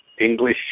english